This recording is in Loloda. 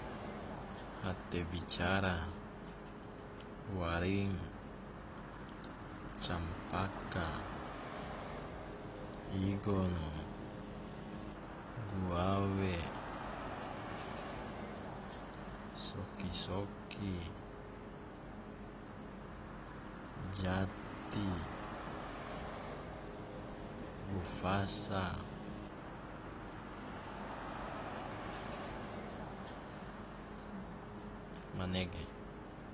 Hatebicara, waring, campaka, igono, guawe, soki soki, jati, gufasa, manege.